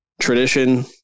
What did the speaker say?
tradition